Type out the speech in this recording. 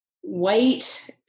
White